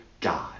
God